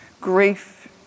grief